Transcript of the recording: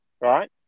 Right